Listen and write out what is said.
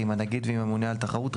עם הנגיד ועם הממונה על התחרות,